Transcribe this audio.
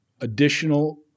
additional